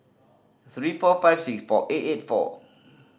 three four five six four eight eight four